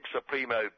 Supremo